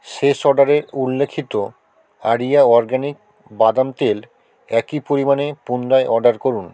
শেষ অর্ডারে উল্লেখিত আরিয়া অরগ্যানিক বাদাম তেল একই পরিমাণে পুনরায় অর্ডার করুন